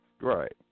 Right